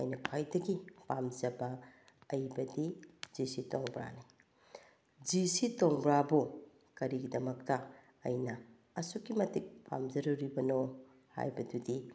ꯑꯩꯅ ꯈ꯭ꯋꯥꯏꯗꯒꯤ ꯄꯥꯝꯖꯕ ꯑꯏꯕꯗꯤ ꯖꯤ ꯁꯤ ꯇꯣꯡꯕ꯭ꯔꯥꯅꯤ ꯖꯤ ꯁꯤ ꯇꯣꯡꯕ꯭ꯔꯥꯕꯨ ꯀꯔꯤꯒꯤꯗꯃꯛꯇ ꯑꯩꯅ ꯑꯁꯨꯛꯀꯤ ꯃꯇꯤꯛ ꯄꯥꯝꯖꯔꯨꯔꯤꯕꯅꯣ ꯍꯥꯏꯕꯗꯨꯗꯤ